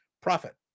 profit